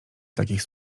takich